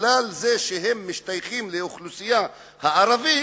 מפני שהם משתייכים לאוכלוסייה הערבית,